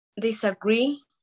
disagree